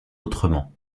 autrement